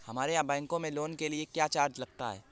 हमारे यहाँ बैंकों में लोन के लिए क्या चार्ज लगता है?